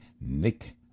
Nick